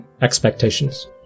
expectations